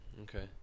Okay